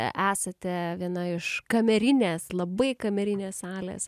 esate viena iš kamerinės labai kamerinės salės